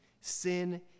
Sin